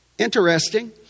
interesting